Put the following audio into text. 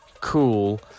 cool